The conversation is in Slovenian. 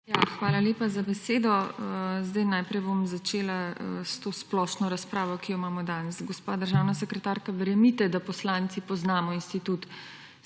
Hvala lepa za besedo. Najprej bom začela s to splošno razpravo, ki jo imamo danes. Gospa državna sekretarka, verjemite, da poslanci poznamo institut